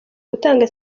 gutanga